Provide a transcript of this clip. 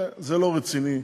זה לא רציני.